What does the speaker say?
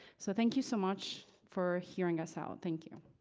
so thank you so much for hearing us out, thank you.